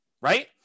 Right